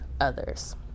others